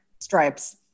stripes